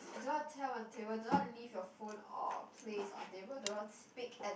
do not tell on table do not leave your phone or place on table do not speak at